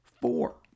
four